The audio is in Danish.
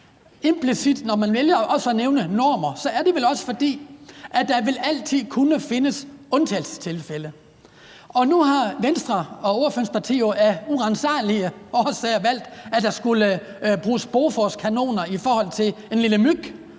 vælger også at nævne normer, er det vel også implicit, fordi der altid vil kunne findes undtagelsestilfælde. Nu har Venstre, ordførerens parti, jo af uransagelige årsager valgt, at der skulle bruges Boforskanoner mod en lille myg